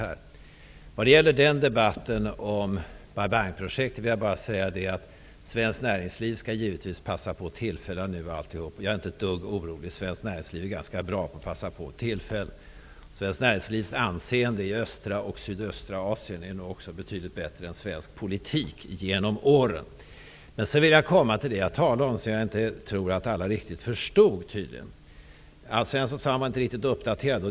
När det gäller debatten om Bai Bang-projektet vill jag bara säga att svenskt näringsliv givetvis skall ta tillfället i akt. Jag är inte ett dugg orolig. Svenskt näringsliv är ganska bra på det. Det svenska näringslivets anseende i östra och sydöstra Asien är nog också betydligt bättre än vad den svenska politikens anseende har varit genom åren. Jag tror inte att alla riktigt förstod vad jag tidigare talade om. Alf Svensson sade att han inte hade informationen uppdaterad.